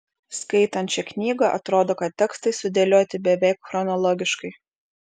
skaitant šią knygą atrodo kad tekstai sudėlioti beveik chronologiškai